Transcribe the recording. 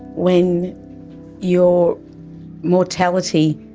when your mortality